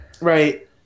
Right